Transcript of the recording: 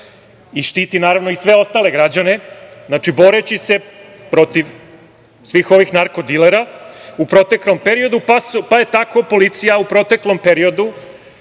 i štiti, naravno, i sve ostale građane, boreći se protiv svih ovih narko dilera u proteklom periodu, pa je tako policija u proteklom periodu